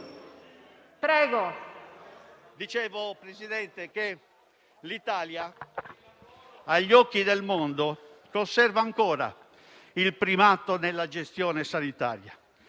Signor Presidente, l'Italia, agli occhi del mondo, conserva ancora il primato nella gestione sanitaria